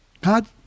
God